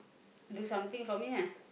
do something for me ah